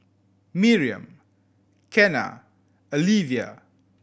Miriam Kenna Alyvia